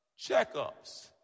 checkups